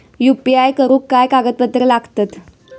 UPI करुक काय कागदपत्रा लागतत?